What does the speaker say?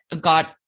got